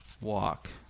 walk